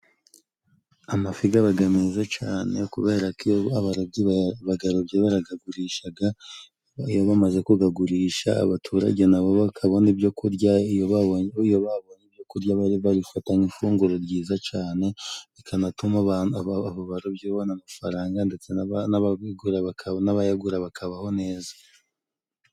Amafi gabaga meza cane, kubera ko iyo abarobyi bagarobye baragagurishaga. Iyo bamaze kugagurisha, abaturage na bo bakabona ibyo kurya, iyo babonye ibyo kurya babifata nk'ifunguro ryiza cane, rikanatuma abo barobyi babona amafaranga, ndetse n'abayagura bakabaho neza.